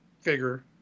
figure